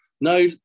No